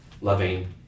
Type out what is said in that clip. loving